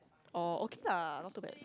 oh okay lah not too bad